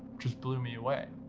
just blew me away.